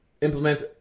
implement